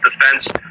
defense